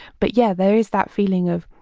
but yeah, there is that feeling of,